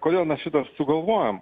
kodėl mes šitą sugalvojom